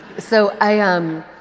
so i um